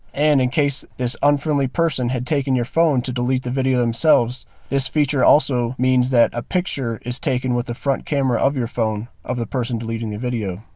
and in case this unfriendly person had taken your phone to delete the video themselves this feature also means that a picture is taken with the front camera of your phone of the person deleting the video.